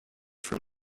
from